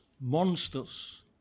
monsters